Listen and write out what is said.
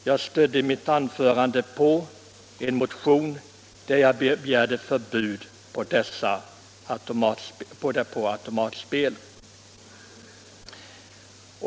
Jag stödde mitt anförande på en motion, vari jag begärde förbud mot automatspel.